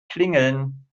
klingeln